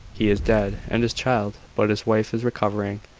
he is dead and his child but his wife is recovering.